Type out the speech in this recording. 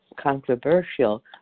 controversial